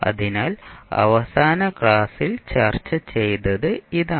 അതിനാൽ അവസാന ക്ലാസിൽ ചർച്ച ചെയ്തത് ഇതാണ്